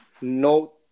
no